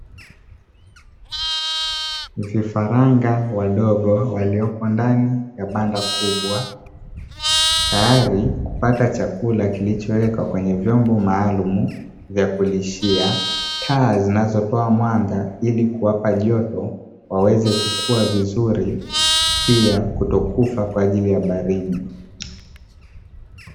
Vifaranga wadogo waliopo ndani ya banda kubwa, tayari kupata chakula kilichowekwa kwenye vyombo maalumu vya kulishia, taa zinazotoa mwanga ili kuwapa joto waweze kukua vizuri pia kutokufa kwa ajili ya baridi.